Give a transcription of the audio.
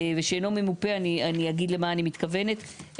ושאינו ממופה אני אגיד למה אני מתכוונת.